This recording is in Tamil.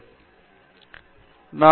பேராசிரியர் ஆர்